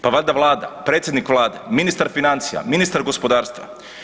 Pa valjda Vlada, predsjednik Vlade, ministar financija, ministar gospodarstva.